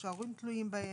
או שההורים תלויים בהם,